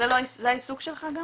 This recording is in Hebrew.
זה העיסוק שלך גם,